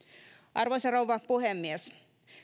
arvoisa rouva puhemies